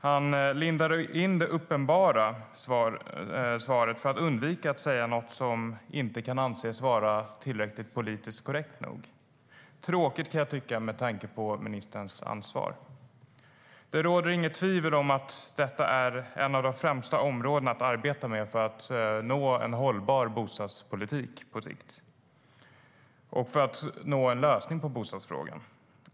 Han lindar in det uppenbara svaret för att undvika att säga något som inte kan anses vara tillräckligt politiskt korrekt. Jag kan tycka att det är tråkigt med tanke på ministerns ansvar. Det råder inget tvivel om att detta är ett av de främsta områdena att arbeta med för att nå en hållbar bostadspolitik på sikt och för att nå en lösning på bostadsfrågan.